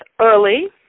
early